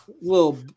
little